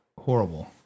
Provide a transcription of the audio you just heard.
horrible